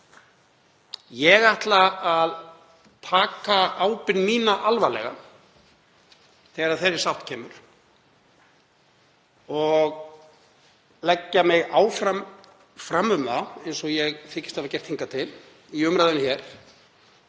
Ég ætla að taka ábyrgð mína alvarlega þegar að þeirri sátt kemur og leggja mig fram um það, eins og ég þykist hafa gert hingað til, í umræðunni hér